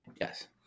Yes